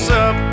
up